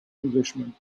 englishman